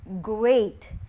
great